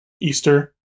Easter